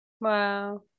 Wow